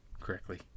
correctly